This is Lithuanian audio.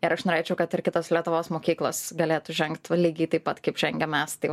ir aš norėčiau kad ir kitos lietuvos mokyklos galėtų žengt lygiai taip pat kaip žengiam mes tai